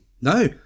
no